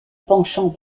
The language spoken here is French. penchant